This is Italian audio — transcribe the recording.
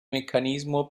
meccanismo